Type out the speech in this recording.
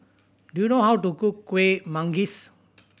do you know how to cook Kuih Manggis